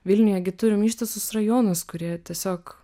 vilniuje gi turim ištisus rajonus kurie tiesiog